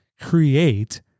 create